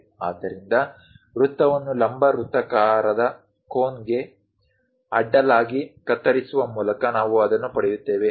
ಆದ್ದರಿಂದ ವೃತ್ತವನ್ನು ಲಂಬ ವೃತ್ತಾಕಾರದ ಕೋನ್ಗೆ ಅಡ್ಡಲಾಗಿ ಕತ್ತರಿಸುವ ಮೂಲಕ ನಾವು ಅದನ್ನು ಪಡೆಯುತ್ತೇವೆ